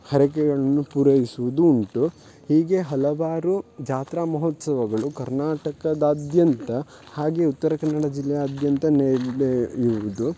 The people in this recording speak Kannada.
ಹರಕೆಗಳನ್ನು ಪೂರೈಸುವುದು ಉಂಟು ಹೀಗೆ ಹಲವಾರು ಜಾತ್ರಾ ಮಹೋತ್ಸವಗಳು ಕರ್ನಾಟಕದಾದ್ಯಂತ ಹಾಗೆ ಉತ್ತರ ಕನ್ನಡ ಜಿಲ್ಲೆಯಾದ್ಯಂತ ನಡೆಯುವುದು